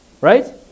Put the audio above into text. Right